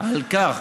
על כך